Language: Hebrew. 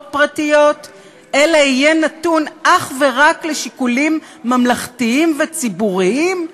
פרטיות אלא יהיה נתון אך ורק לשיקולים ממלכתיים וציבוריים?